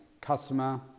customer